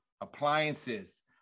appliances